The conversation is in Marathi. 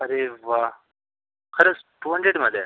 अरे वा खरंच टू हंड्रेडमध्ये आहे